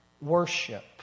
worship